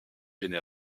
public